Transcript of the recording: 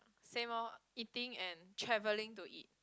same loh eating and travelling to eat